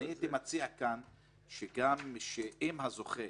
הייתי מציע כאן שאם הזוכה